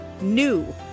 NEW